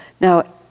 Now